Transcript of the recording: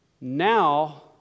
Now